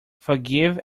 forgive